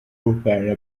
gukorana